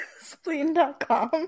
Spleen.com